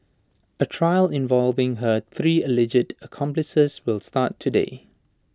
A trial involving her three alleged accomplices will start today